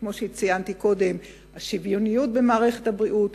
כמו שציינתי קודם, של השוויוניות במערכת הבריאות,